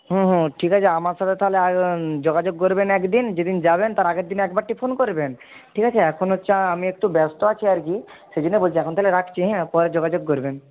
হুম হুম ঠিক আছে আমার সাথে তাহলে যোগাযোগ করবেন এক দিন যেদিন যাবেন তার আগের দিন একবারটি ফোন করবেন ঠিক আছে এখন হচ্ছে আমি একটু ব্যস্ত আছি আর কি সেই জন্য বলছি এখন তাহলে রাখছি হ্যাঁ পরে যোগাযোগ করবেন